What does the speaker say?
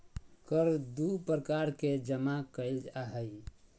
कर दू प्रकार से जमा कइल जा हइ